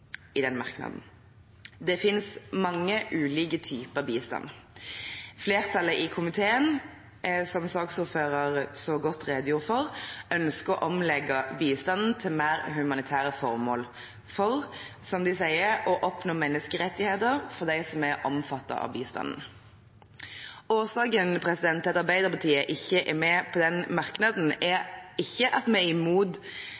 Det finnes mange ulike typer bistand. Flertallet i komiteen, som saksordføreren så godt redegjorde for, ønsker å omlegge bistanden til mer humanitære formål for, som de sier, «å oppnå menneskerettigheter for dem som blir omfattet av bistanden». Årsaken til at Arbeiderpartiet ikke er med på den merknaden,